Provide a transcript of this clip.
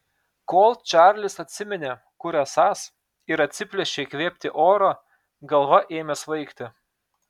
kol čarlis atsiminė kur esąs ir atsiplėšė įkvėpti oro galva ėmė svaigti